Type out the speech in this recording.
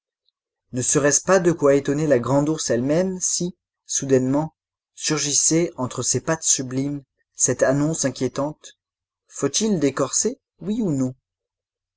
ne serait-ce pas de quoi étonner la grande-ourse elle-même si soudainement surgissait entre ses pattes sublimes cette annonce inquiétante faut-il des corsets oui ou non